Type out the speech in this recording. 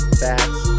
facts